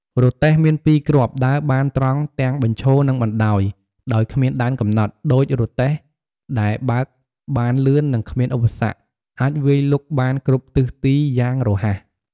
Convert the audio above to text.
រទេះ មានពីរគ្រាប់ ដើរបានត្រង់ទាំងបញ្ឈរ និងបណ្តាយដោយគ្មានដែនកំណត់ ដូចរទេះដែលបើកបានលឿន និងគ្មានឧបសគ្គ អាចវាយលុកបានគ្រប់ទិសទីយ៉ាងរហ័ស។